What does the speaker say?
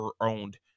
owned